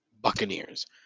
buccaneers